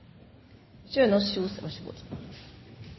Kjønaas Kjos